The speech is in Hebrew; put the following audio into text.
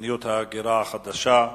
מדיניות ההגירה החדשה,